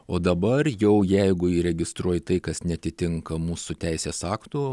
o dabar jau jeigu įregistruoji tai kas neatitinka mūsų teisės aktų